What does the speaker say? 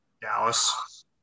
Dallas